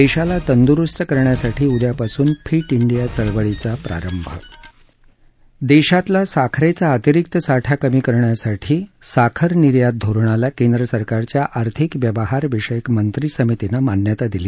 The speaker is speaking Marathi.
देशाला तंदुरुस्त करण्यासाठी उद्यापासून फिट डिया चळवळीचा प्रारंभ देशातला साखरेचा अतिरिक्त साठा कमी करण्यासाठी साखर निर्यात धोरणाला केंद्रसरकारच्या आर्थिक व्यवहार विषयक मंत्रीसमितीनं मान्यता दिली